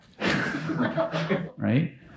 Right